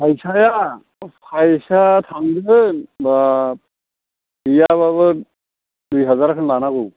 फैसाया फैसाया थांगोन बाब गैयाब्लाबो दुइहाजारखौ लानांगौ